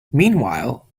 meanwhile